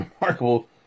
remarkable